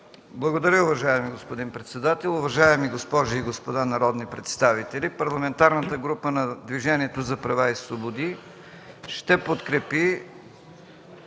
Благодаря, уважаеми господин председател. Уважаеми госпожи и господа народни представители! Парламентарната група на Движението за права и свободи ще подкрепи